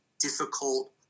difficult